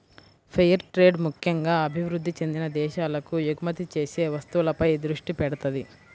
fair trade ముక్కెంగా అభివృద్ధి చెందిన దేశాలకు ఎగుమతి చేసే వస్తువులపై దృష్టి పెడతది